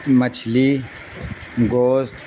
مچھلی گوشت